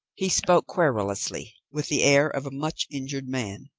he spoke querulously, with the air of a much-injured man.